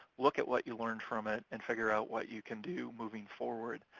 look at what you learned from it and figure out what you can do moving forward.